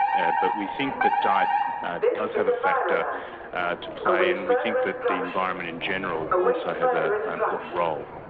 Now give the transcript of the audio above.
but we think that diet ah does have a factor to play, and we think that the environment in general also has ah an important role.